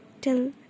till